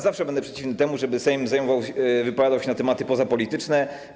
Zawsze będę przeciwny temu, żeby Sejm wypowiadał się na tematy pozapolityczne.